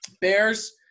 Bears